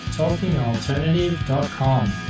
talkingalternative.com